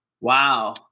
Wow